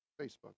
Facebook